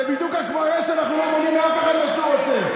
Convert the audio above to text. זה בדיוק, שאנחנו לא מונעים מאף אחד מה שהוא רוצה,